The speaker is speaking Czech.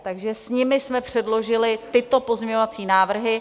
Takže s nimi jsme předložili tyto pozměňovací návrhy.